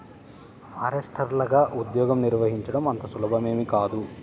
ఫారెస్టర్లగా ఉద్యోగం నిర్వహించడం అంత సులభమేమీ కాదు